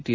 T